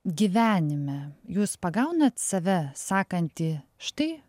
gyvenime jūs pagaunat save sakantį štai